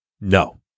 No